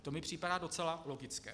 To mi připadá docela logické.